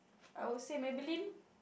I would say Maybelline